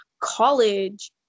college